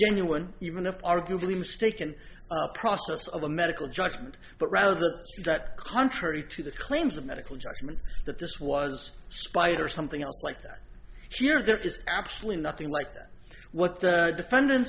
anyone even if arguably mistaken a process of a medical judgment but rather that contrary to the claims of medical judgment that this was spite or something else like that or she or there is absolutely nothing like what the defendant